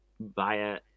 via